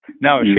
No